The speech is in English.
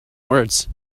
words